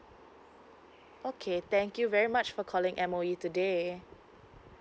okay thank you very much for calling M_O_E today